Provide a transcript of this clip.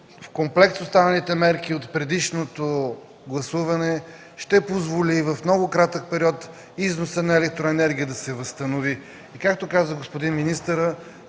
в комплекс с останалите мерки от предишното гласуване ще позволи в много кратък период износът на електроенергия да се възстанови. Както каза господин министърът,